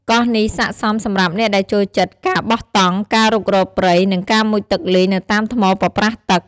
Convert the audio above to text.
កោះនេះស័ក្តិសមសម្រាប់អ្នកដែលចូលចិត្តការបោះតង់ ការរុករកព្រៃ និងការមុជទឹកលេងនៅតាមថ្មប៉ប្រះទឹក។